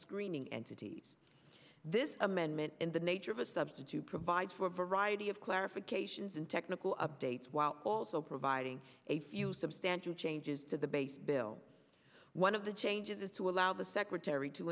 screening entities this amendment in the nature of a substitute provides for a variety of clarifications and technical updates while also providing a few substantial changes to the base bill one of the changes is to allow the secretary to